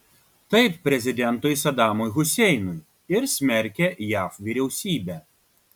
taip prezidentui sadamui huseinui ir smerkė jav vyriausybę